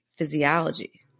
physiology